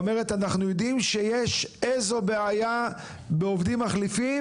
שאומרת: "אנחנו יודעים שיש איזו שהיא בעיה בעובדים מחליפים"